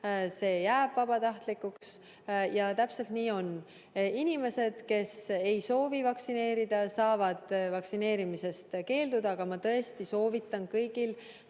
see jääb vabatahtlikuks. Täpselt nii on. Inimesed, kes ei soovi lasta ennast vaktsineerida, saavad vaktsineerimisest keelduda, aga ma tõesti soovitan ikkagi